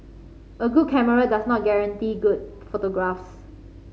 a good camera does not guarantee good photographs